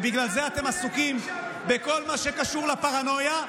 ובגלל זה אתם עסוקים בכל מה שקשור לפרנויה,